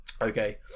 Okay